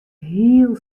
hiel